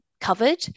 covered